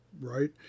right